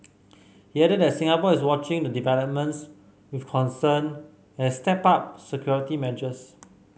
he added that Singapore is watching the developments with concern and stepped up security measures